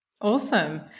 Awesome